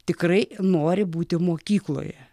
tikrai nori būti mokykloje